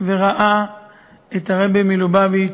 וראה את הרבי מלובביץ'